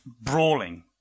brawling